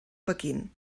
pequín